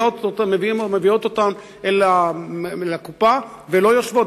מביאות אותם לקופה ולא יושבות,